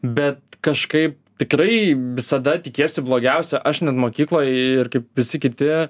bet kažkaip tikrai visada tikiesi blogiausio aš net mokykloj ir kaip visi kiti